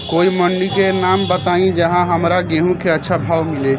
कोई मंडी के नाम बताई जहां हमरा गेहूं के अच्छा भाव मिले?